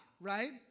right